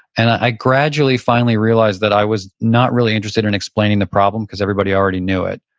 and i gradually finally realized that i was not really interested in explaining the problem because everybody already knew it.